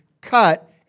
cut